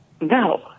No